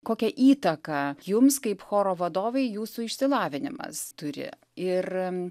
kokią įtaką jums kaip choro vadovei jūsų išsilavinimas turi ir